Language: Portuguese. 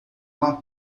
uma